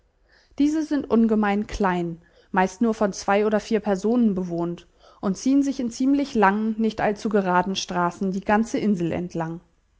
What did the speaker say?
diese sind ungemein klein meist nur von zwei oder vier personen bewohnt und ziehen sich in ziemlich langen nicht allzu geraden straßen die ganze insel entlang